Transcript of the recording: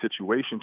situation